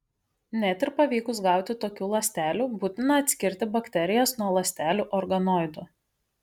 net ir pavykus gauti tokių ląstelių būtina atskirti bakterijas nuo ląstelių organoidų